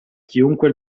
chiunque